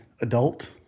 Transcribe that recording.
adult